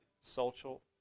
social